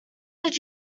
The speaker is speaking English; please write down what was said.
did